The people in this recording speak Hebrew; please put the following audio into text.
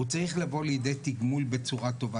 הוא צריך לבוא לידי תגמול בצורה טובה.